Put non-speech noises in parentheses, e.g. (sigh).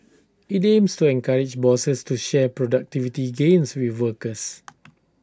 (noise) IT aims to encourage bosses to share productivity gains with workers (noise)